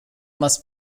must